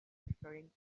referring